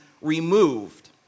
removed